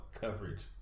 coverage